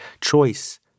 Choice